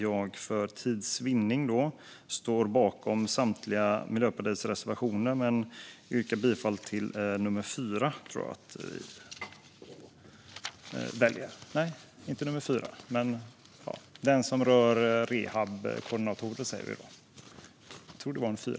Jag står bakom samtliga Miljöpartiets reservationer, men för att vinna tid yrkar jag bifall endast till nummer 13 under punkt 4 som rör rehabkoordinatorer.